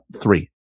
Three